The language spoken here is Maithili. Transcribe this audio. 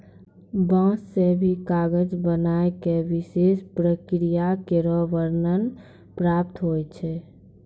बांस सें भी कागज बनाय क विशेष प्रक्रिया केरो वर्णन प्राप्त होय छै